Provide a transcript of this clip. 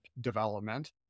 development